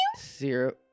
Zero